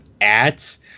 ads